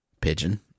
Pigeon